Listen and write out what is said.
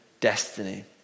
destiny